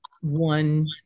one